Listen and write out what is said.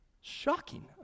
Shocking